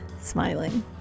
Smiling